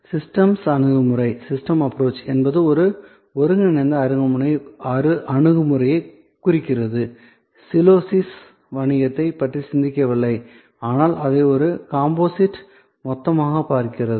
systems அணுகுமுறை என்பது ஒரு ஒருங்கிணைந்த அணுகுமுறையைக் குறிக்கிறது சிலோஸில் வணிகத்தைப் பற்றி சிந்திக்கவில்லை ஆனால் அதை ஒரு காம்போசிட் மொத்தமாகப் பார்க்கிறது